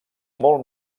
molt